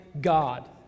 God